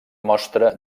mostra